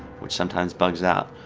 which sometimes bugs out.